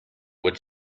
would